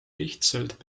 lihtsalt